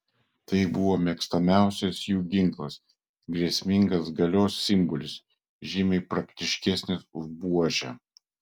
tai buvo mėgstamiausias jų ginklas grėsmingas galios simbolis žymiai praktiškesnis už buožę